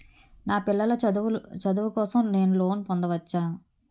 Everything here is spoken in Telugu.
నా పిల్లల చదువు కోసం నేను లోన్ పొందవచ్చా?